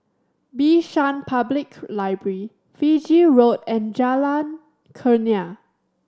Bishan Public Library Fiji Road and Jalan Kurnia